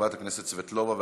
חברת הכנסת סבטלובה,